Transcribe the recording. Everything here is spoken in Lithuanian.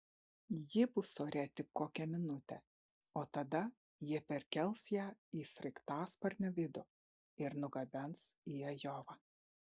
ji bus ore tik kokią minutę o tada jie perkels ją į sraigtasparnio vidų ir nugabens į ajovą